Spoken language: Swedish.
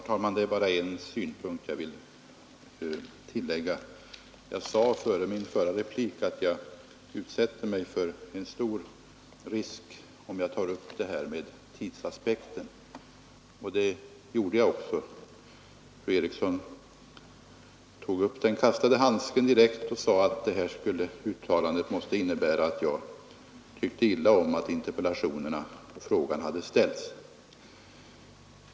Herr talman! Jag sade i början av min förra replik att jag utsatte mig för en stor risk om jag tog upp frågan om tidsaspekten. Fru Eriksson i Stockholm tog direkt upp den kastade handsken och sade att detta uttalande måste innebära att jag tyckte illa om att interpellationerna och frågan hade ställts.